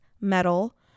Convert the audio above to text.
metal